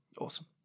awesome